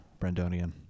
Brandonian